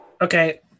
Okay